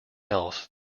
else